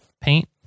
paint